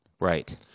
Right